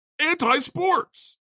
anti-sports